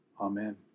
Amen